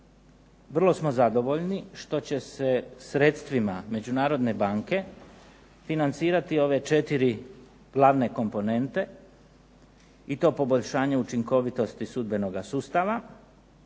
vrlo smo zadovoljni što će se sredstvima međunarodne banke financirati ove 4 glavne komponente i to poboljšanje učinkovitosti sudbenoga sustava,